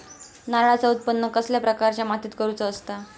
नारळाचा उत्त्पन कसल्या प्रकारच्या मातीत करूचा असता?